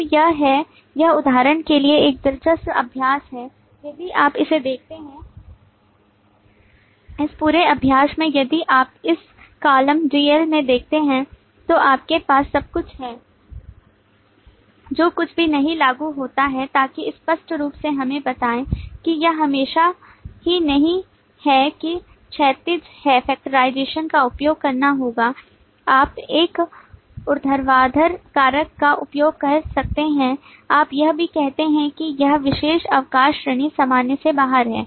अब यह है यह उदाहरण के लिए एक दिलचस्प अभ्यास है यदि आप इसे देखते हैं इस पूरे अभ्यास में यदि आप इस कॉलम DL में देखते हैं तो आपके पास सब कुछ है जो कुछ भी नहीं लागू होता है ताकि स्पष्ट रूप से हमें बताए कि यह हमेशा ही नहीं है कि क्षैतिज है factorization का उपयोग करना होगा आप एक ऊर्ध्वाधर कारक का उपयोग कर सकते हैं आप यह भी कहते हैं कि यह विशेष अवकाश श्रेणी सामान्य से बाहर है